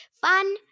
Fun